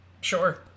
Sure